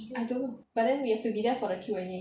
I don't know but then we have to be there for the Q&A